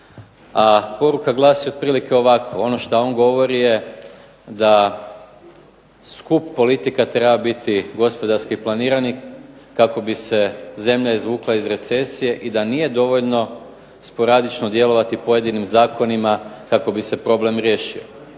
a poruka glasi otprilike ovako, ono što on govori je da skup politika treba biti gospodarski planirani kako bi se zemlja izvukla iz recesije i da nije dovoljno sporadično djelovati pojedinim zakonima kako bi se problem riješio.